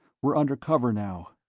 we're under cover now.